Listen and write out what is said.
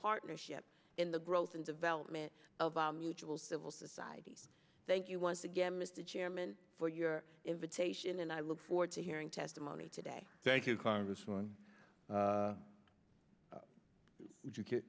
partnership in the growth and development of our mutual civil society thank you once again mr chairman for your invitation and i look forward to hearing testimony today thank you congressman would you